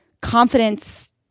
confidence